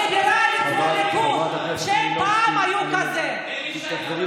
אני מייצג את כל אזרחי ישראל, ש"ס וג',